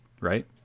Right